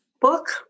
book